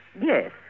Yes